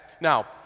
Now